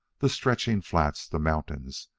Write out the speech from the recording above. the stretching flats, the mountains,